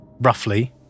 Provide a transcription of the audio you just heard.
roughly